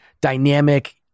dynamic